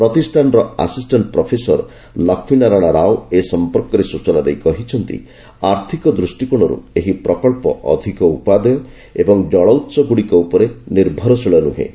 ପ୍ରତିଷ୍ଠାନର assistant professor Lakshminarayana Rao ଏ ସମ୍ପର୍କରେ ସୂଚନା ଦେଇ କହିଛନ୍ତି ଆର୍ଥକ ଦୃଷ୍ଟିକୋଶରୁ ଏହି ପ୍ରକଳ୍ପ ଅଧିକ ଉପାଦେୟ ଏବଂ ଜଳ ଉତ୍ସ ଗୁଡିକ ଉପରେ ନିର୍ଭରଶୀଳ ନୁହେଁ